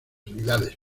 unidades